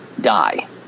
die